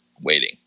waiting